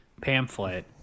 pamphlet